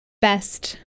best